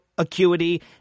acuity